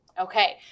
Okay